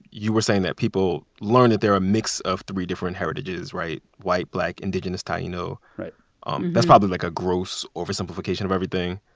you were saying that people learn that they're a mix of three different heritages right? white, black, indigenous taino right um that's probably, like, a gross oversimplification of everything.